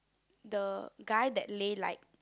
the guy that Lei like